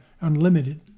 unlimited